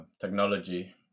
technology